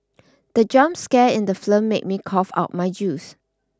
the jump scare in the film made me cough out my juice